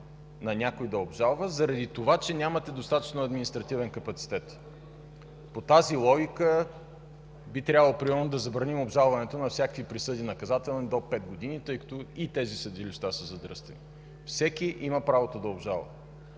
на някой да обжалва заради това, че нямате достатъчно административен капацитет. По тази логика би трябвало примерно да забраним обжалването на всякакви наказателни присъди до пет години, тъй като и тези съдилища са задръстени. Всеки има правото да обжалва.